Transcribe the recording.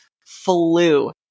flew